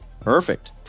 Perfect